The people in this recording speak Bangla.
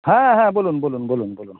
হ্যাঁ হ্যাঁ বলুন বলুন বলুন বলুন